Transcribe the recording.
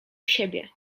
siebie